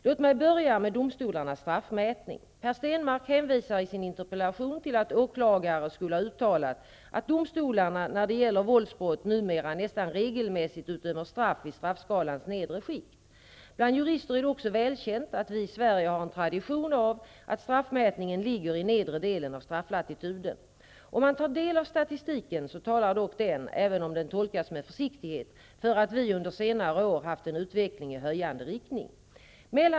Låt mig börja med domstolarnas straffmätning. Per Stenmarck hänvisar i sin interpellation till att åklagare skulle ha uttalat att domstolarna när det gäller våldsbrott numera nästan regelmässigt utdömer straff i straffskalans nedre skikt. Bland jurister är det också välkänt att vi i Sverige har en tradition av att straffmätningen ligger i nedre delen av strafflatituden. Om man tar del av statistiken så talar dock den, även om den tolkas med försiktighet, för att vi under senare år haft en utveckling i höjande riktning.